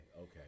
okay